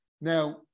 Now